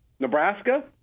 Nebraska